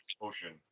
ocean